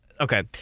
okay